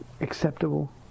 acceptable